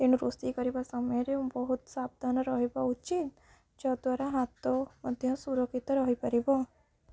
ତେଣୁ ରୋଷେଇ କରିବା ସମୟରେ ବହୁତ ସାବଧାନ ରହିବା ଉଚିତ୍ ଯଦ୍ୱାରା ହାତ ମଧ୍ୟ ସୁରକ୍ଷିତ ରହିପାରିବ